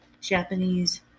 Japanese